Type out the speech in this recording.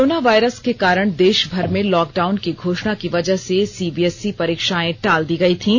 corona virus के कारण देषभर में लॉकडाउन की घोषणा की वजह से सीबीएसई परीक्षाएं टाल दी गयी थीं